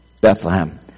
Bethlehem